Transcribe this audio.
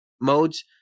modes